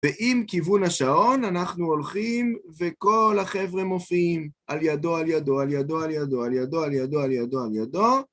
ועם כיוון השעון אנחנו הולכים וכל החבר'ה מופיעים על ידו, על ידו, על ידו, על ידו, על ידו, על ידו, על ידו, על ידו,